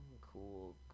cool